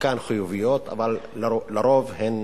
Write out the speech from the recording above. חלקן חיוביות אבל על-פי רוב הן